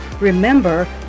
Remember